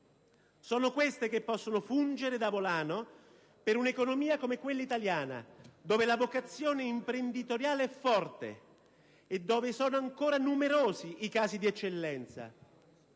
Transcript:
sono queste ultime che possono fungere da volano per un'economia come quella italiana, dove la vocazione imprenditoriale è forte e dove sono ancora numerosi i casi di eccellenza